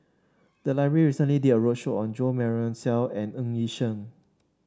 the library recently did a roadshow on Jo Marion Seow and Ng Yi Sheng